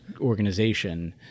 organization